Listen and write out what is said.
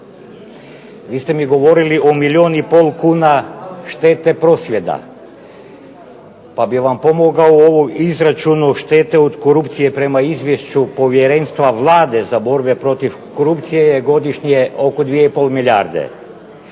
Vi ste mi govorili o milijun i pol kuna štete prosvjeda, pa bih vam pomogao u ovom izračunu štete od korupcije prema izvješću Povjerenstva Vlade za borbu protiv korupcije je godišnje oko 2,5 milijarde.